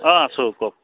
অঁ আছোঁ কওক